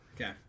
Okay